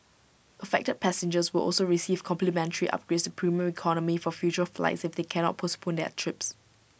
affected passengers will also receive complimentary upgrades to Premium Economy for future flights if they cannot postpone their trips